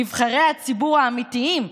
אנחנו נבחרי הציבור האמיתיים,